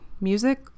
music